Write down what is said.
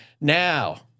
Now